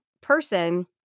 person